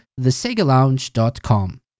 thesegalounge.com